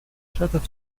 шатов